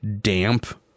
damp